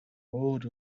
өөр